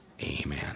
amen